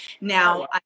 Now